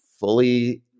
fully